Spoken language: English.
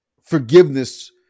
Forgiveness